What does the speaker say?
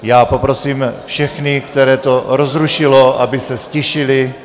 Já poprosím všechny, které to rozrušilo, aby se ztišili.